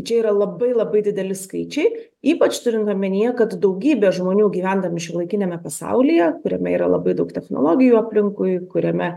čia yra labai labai dideli skaičiai ypač turint omenyje kad daugybė žmonių gyvendami šiuolaikiniame pasaulyje kuriame yra labai daug technologijų aplinkui kuriame